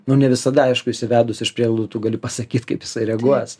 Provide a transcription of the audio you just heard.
nu ne visada aišku įsivedus iš prieglaudų tu gali pasakyt kaip reaguos